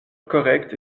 correcte